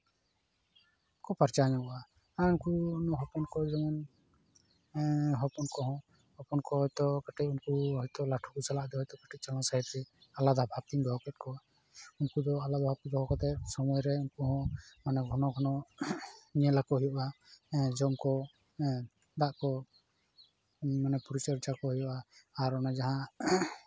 ᱠᱚ ᱯᱟᱨᱪᱟ ᱧᱚᱜᱚᱜᱼᱟ ᱟᱨ ᱩᱱᱠᱩ ᱦᱚᱯᱚᱱ ᱠᱚ ᱡᱮᱢᱚᱱ ᱦᱚᱯᱚᱱ ᱠᱚᱦᱚᱸ ᱦᱚᱯᱚᱱ ᱠᱚ ᱦᱚᱭᱛᱳ ᱠᱟᱹᱴᱤᱡ ᱩᱱᱠᱩ ᱦᱚᱭᱛᱳ ᱞᱟᱹᱴᱷᱩ ᱠᱚ ᱪᱟᱞᱟᱣ ᱤᱫᱤᱜᱼᱟ ᱦᱚᱭᱛᱳ ᱠᱟᱹᱴᱤᱡ ᱪᱚᱸᱦᱚᱠ ᱥᱟᱺᱦᱤᱡ ᱟᱞᱟᱫᱟ ᱵᱷᱟᱵᱽ ᱫᱚᱦᱚ ᱠᱮᱫ ᱠᱚᱣᱟ ᱩᱱᱠᱩ ᱫᱚ ᱟᱞᱟᱫᱟ ᱵᱷᱟᱵᱛᱮ ᱫᱚᱦᱚ ᱠᱟᱛᱮ ᱥᱚᱢᱚᱭᱨᱮ ᱩᱱᱠᱩ ᱦᱚᱸ ᱢᱟᱱᱮ ᱜᱷᱚᱱᱚ ᱜᱷᱚᱱᱚ ᱧᱮᱞᱟᱠᱚ ᱦᱳᱭᱳᱜᱼᱟ ᱦᱮᱸ ᱡᱚᱢ ᱠᱚ ᱫᱟᱜ ᱠᱚ ᱢᱟᱱᱮ ᱯᱚᱨᱤᱪᱚᱨᱡᱟ ᱠᱚ ᱦᱩᱭᱩᱜᱼᱟ ᱟᱨ ᱚᱱᱟ ᱡᱟᱦᱟᱸ